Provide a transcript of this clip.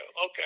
Okay